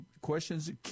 questions